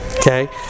Okay